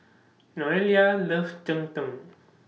Noelia loves Cheng Tng